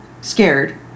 scared